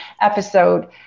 episode